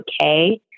okay